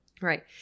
Right